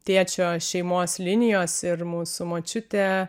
tėčio šeimos linijos ir mūsų močiutė